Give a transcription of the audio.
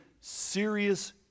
serious